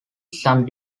some